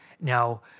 Now